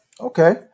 Okay